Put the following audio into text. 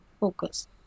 focus